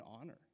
honor